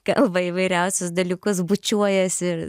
kalba įvairiausius dalykus bučiuojasi